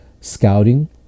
scouting